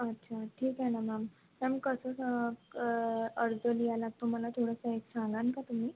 अच्छा ठीक आहे ना मॅम मॅम कसं सा अडचणी आल्या तुम्हाला थोडंसं एक सांगान का तुम्ही